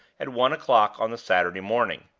at one o'clock on the saturday morning.